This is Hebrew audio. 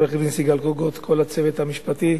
עורכת-דין סיגל קוגוט וכל הצוות המשפטי,